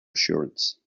assurance